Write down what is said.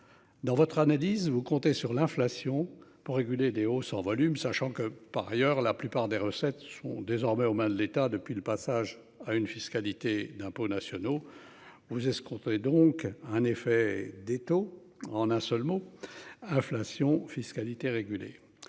Dans votre analyse, vous comptez sur l'inflation pour réguler les hausses en volume, sachant que par ailleurs la plupart des recettes sont désormais aux mains de l'État depuis le passage à une fiscalité d'impôts nationaux. Vous escomptez donc un effet des taux en un seul mot Inflation Fiscalité réguler